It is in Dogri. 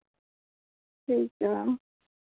ठीक ऐ मैम